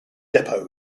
depot